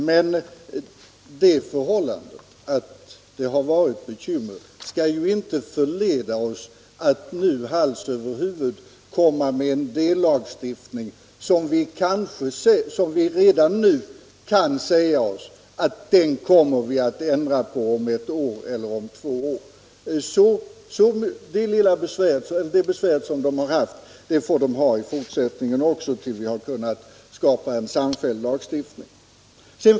Men det förhållandet att de har haft bekymmer får ju inte förleda oss till att nu hals över huvud besluta om en dellagstiftning som vi redan nu kan säga oss kommer att ändras om ett eller två år. Det besvär som fackföreningarna har haft får de ha i fortsättningen också tills vi har kunnat skapa en samfälld lagstiftning.